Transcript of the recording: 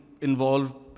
involve